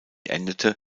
endete